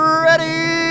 ready